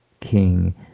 king